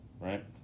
Right